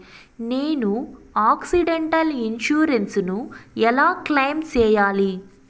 నేను accidental insurance ను ఎలా క్లెయిమ్ సేయాలి?